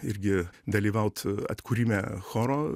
irgi dalyvaut atkūrime choro